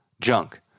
junk